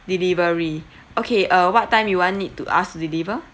delivery okay uh what time you want it to us deliver